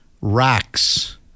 racks